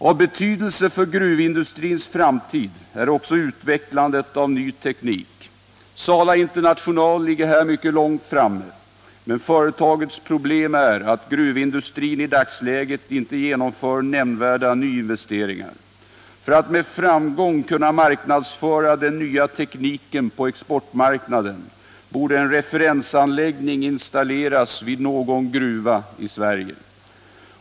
Av betydelse för gruvindustrins framtid är också utvecklandet av ny teknik. Sala International ligger här mycket långt framme, men företagets problem är att gruvindustrin i dagsläget inte genomför nämnvärda nyinvesteringar. För att man med framgång skall kunna marknadsföra den nya tekniken på exportmarknaden borde en referensanläggning installeras i någon gruva i Sverige.